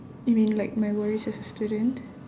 you mean like my worries as a student